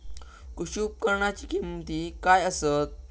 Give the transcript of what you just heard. कृषी उपकरणाची किमती काय आसत?